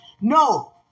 No